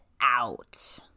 out